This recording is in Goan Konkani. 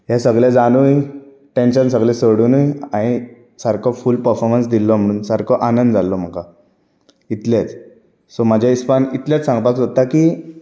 हें सगलें जानूय टॅन्शन सगलें सोडुनूय हांयें सारको फूल पर्फॉमन्स दिल्लो म्हणून सारको आनंद जाल्लो म्हाका इतलेंच सो म्हाज्या हिसपान इतलेंच सांगपाक सोदता की